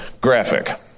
graphic